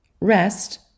rest